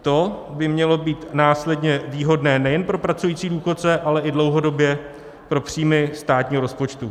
To by mělo být následně výhodné nejen pro pracující důchodce, ale i dlouhodobě pro příjmy státního rozpočtu.